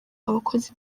abakozi